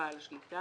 הישות